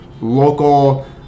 local